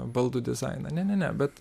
baldų dizainą ne ne ne bet